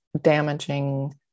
damaging